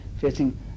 facing